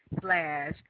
slash